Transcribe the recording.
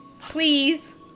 please